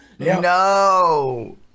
No